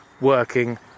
working